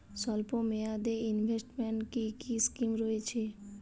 স্বল্পমেয়াদে এ ইনভেস্টমেন্ট কি কী স্কীম রয়েছে?